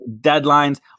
deadlines